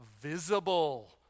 visible